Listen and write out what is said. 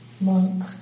monk